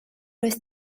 oedd